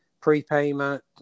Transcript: prepayment